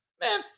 Man